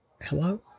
Hello